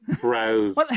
browse